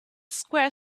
square